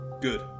good